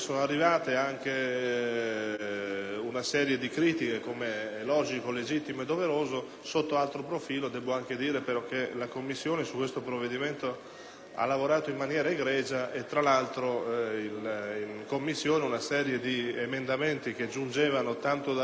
una serie di critiche, come è logico, legittimo e doveroso. Sotto altro profilo, devo anche dire che la Commissione su questo provvedimento ha lavorato in modo egregio. Tra l'altro, in Commissione una serie di emendamenti che giungevano tanto dall'una quanto dall'altra parte